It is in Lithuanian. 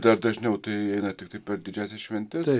dar dažniau tai eina tiktai per didžiąsias šventes